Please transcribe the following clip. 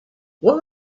what